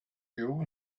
you